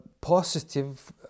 positive